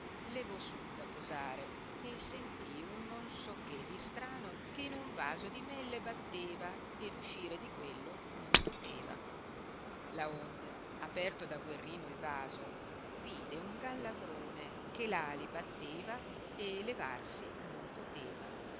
levò su da posare e sentì un non so che di strano che in un vaso di melle batteva ed uscire di quello non poteva laonde aperto da guerrino il vaso vide un gallavrone che l ali batteva e levarsi non poteva